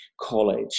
college